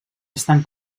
estan